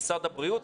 משרד הבריאות,